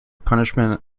punishment